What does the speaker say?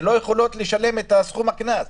שלא יכולות לשלם את תשלום הקנס.